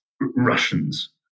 Russians